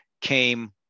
came